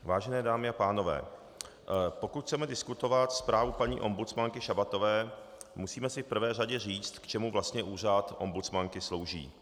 Vážené dámy a pánové, pokud chceme diskutovat zprávu paní ombudsmanky Šabatové, musíme si v prvé řadě říct, k čemu vlastně úřad ombudsmanky slouží.